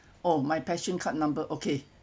oh my passion card number okay ya my passion card number